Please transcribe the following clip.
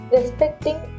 Respecting